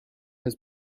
has